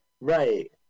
Right